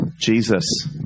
Jesus